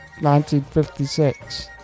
1956